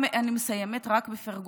אני רק מסיימת בפרגון.